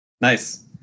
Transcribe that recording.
Nice